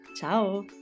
Ciao